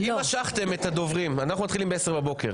אנחנו מתחילים ב-10:00.